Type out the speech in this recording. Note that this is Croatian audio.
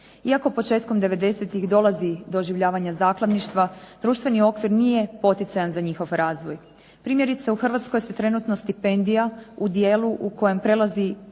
Iako početkom 90-ih dolazi doživljavanje zakladništva, društveni okvir nije poticajan za njihov razvoj. Primjerice u Hrvatskoj se trenutno stipendija u dijelu u kojem prelazi